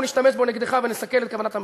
אנחנו נשתמש בו נגדך ונסכל את כוונת המחוקק,